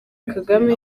kagame